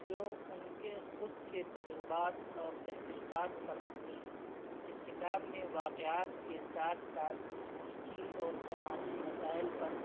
جو ان کے خود کے تجربات اور تحقیقات پر مبنی ہے اس کتاب میں واقعات کے ساتھ ساتھ ملکی اور سماجی مسائل پر